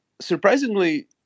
surprisingly